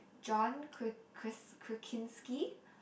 John Kr~ Kris~ Krasinski